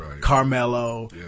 Carmelo